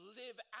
live